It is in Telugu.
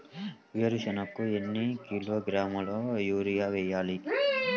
వేరుశనగకు ఎన్ని కిలోగ్రాముల యూరియా వేయాలి?